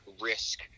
risk